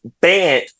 banned